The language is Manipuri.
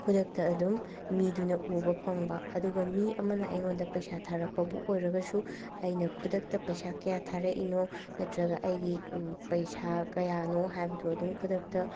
ꯈꯨꯗꯛꯇ ꯑꯗꯨꯝ ꯃꯤꯗꯨꯅ ꯎꯕ ꯐꯪꯕ ꯑꯗꯨꯒ ꯃꯤ ꯑꯃꯅ ꯑꯩꯉꯣꯟꯗ ꯄꯩꯁꯥ ꯊꯥꯔꯛꯄꯕꯨ ꯑꯣꯏꯔꯒꯁꯨ ꯑꯩꯅ ꯈꯨꯗꯛꯇ ꯄꯩꯁꯥ ꯀꯌꯥ ꯊꯥꯔꯛꯏꯅꯣ ꯅꯠꯇ꯭ꯔꯒ ꯑꯩꯒꯤ ꯄꯩꯁꯥ ꯀꯌꯥꯅꯣ ꯍꯥꯏꯕꯗꯣ ꯑꯗꯨꯝ ꯈꯨꯗꯛꯇ